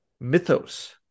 mythos